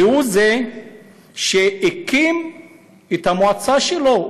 והוא זה שהקים את המועצה שלו,